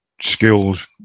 skilled